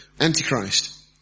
antichrist